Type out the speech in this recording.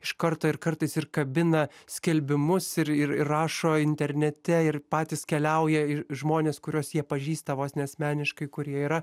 iš karto ir kartais ir kabina skelbimus ir ir rašo internete ir patys keliauja ir ir žmonės kuriuos jie pažįsta vos ne asmeniškai kurie yra